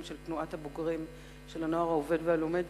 של תנועת הבוגרים של "הנוער העובד והלומד",